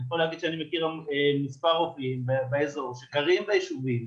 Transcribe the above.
אני יכול להגיד שאני מכיר מספר רופאים באזור שגרים בישובים,